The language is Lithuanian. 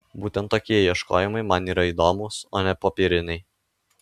būtent tokie ieškojimai man yra įdomūs o ne popieriniai